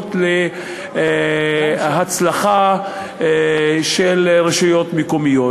גורמות להצלחה של רשויות מקומיות.